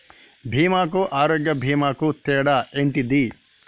బీమా కు ఆరోగ్య బీమా కు తేడా ఏంటిది?